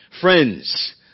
Friends